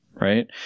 Right